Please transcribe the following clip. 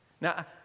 Now